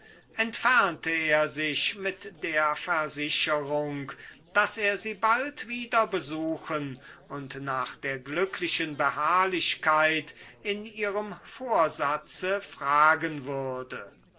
entfernte er sich mit der versicherung daß er sie bald wieder besuchen und nach der glücklichen beharrlichkeit in ihrem vorsatze fragen würde